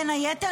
בין היתר,